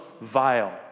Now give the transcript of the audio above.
vile